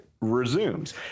resumes